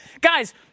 guys